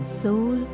soul